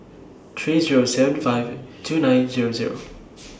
three Zero seven five two nine Zero Zero